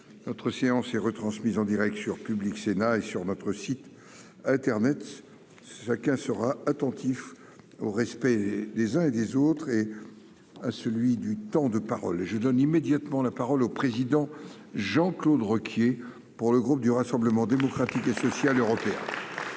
notre séance et retransmise en Direct sur Public Sénat et sur notre site internet, chacun sera attentif au respect des uns et des autres et à celui du temps de parole et je donne immédiatement la parole au président Jean-Claude Requier pour le groupe du Rassemblement démocratique et social européen.